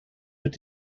mit